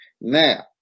now